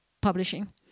publishing